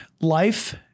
life